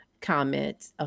comment